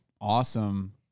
awesome